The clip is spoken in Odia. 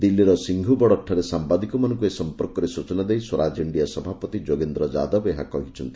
ଦିଲ୍ଲୀର ସିଙ୍ଘୁ ବର୍ଡ଼ର୍ଠାରେ ସାମ୍ଭାଦିକମାନଙ୍କୁ ଏ ସମ୍ପର୍କରେ ସ୍ଟଚନା ଦେଇ ସ୍ୱରାଜ ଇଣ୍ଡିଆ ସଭାପତି ଯୋଗେନ୍ଦ୍ର ଯାଦବ ଏହା କହିଛନ୍ତି